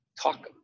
talk